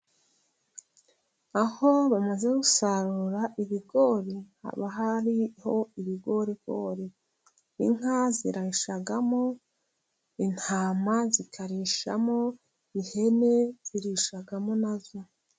Aho bamaze gusarura ibigori， haba hari ho ibigorigori. Inka zirishamo， intama zikarishamo，ihene zirishamo nazo.